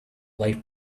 life